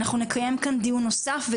אנחנו נקיים כאן דיון נוסף,